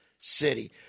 city